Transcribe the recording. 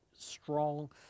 strong